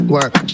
Work